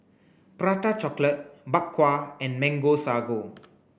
prata chocolate bak kwa and mango sago